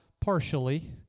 partially